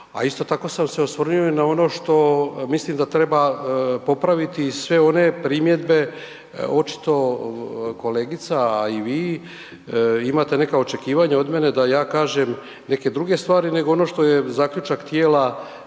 a isto tako sam se osvrnuo i na ono što mislim da treba popraviti i sve one primjedbe očito kolegica a i vi imate neka očekivanja od mene da ja kažem neke druge stvari nego ono što je zaključak tijela